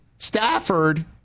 Stafford